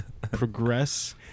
progress